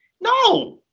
No